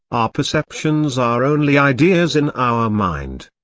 our perceptions are only ideas in our mind.